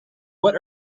what